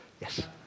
Yes